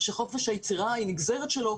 שחופש היצירה היא נגזרת שלו,